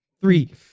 Three